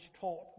taught